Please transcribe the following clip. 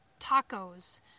Tacos